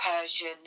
Persian